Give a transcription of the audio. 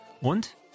Und